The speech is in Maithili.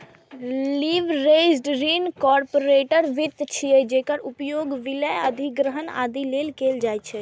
लीवरेज्ड ऋण कॉरपोरेट वित्त छियै, जेकर उपयोग विलय, अधिग्रहण, आदि लेल कैल जाइ छै